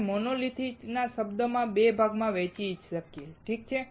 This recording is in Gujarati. આપણે મોનોલિથિક શબ્દને 2 ભાગોમાં વહેંચી શકીએ ઠીક છે